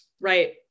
Right